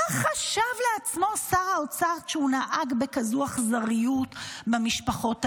מה חשב לעצמו שר האוצר כשהוא נהג בכזאת אכזריות במשפחות האלה?